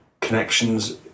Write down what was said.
connections